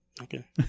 Okay